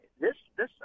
this—this